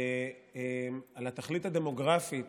על התכלית הדמוגרפית